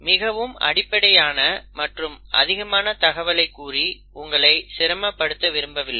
மிகவும் அடிப்படையான மற்றும் அதிகமான தகவலைக் கூறி உங்களை சிரம படுத்த விரும்பவில்லை